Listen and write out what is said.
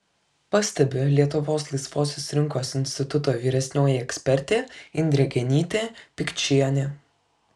pastebi lietuvos laisvosios rinkos instituto vyresnioji ekspertė indrė genytė pikčienė